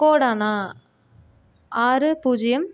கோடாண்ணா ஆறு பூஜ்யம்